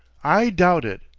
i doubt it.